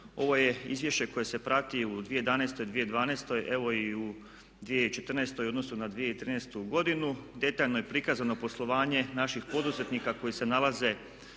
ovo je izvješće koje se prati u 2011., 2012. evo i u 2014. u odnosu na 2013. godinu. Detaljno je prikazano poslovanje naših poduzetnika koji se nalaze